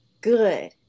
Good